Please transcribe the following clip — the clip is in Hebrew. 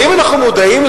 האם אנחנו מודעים,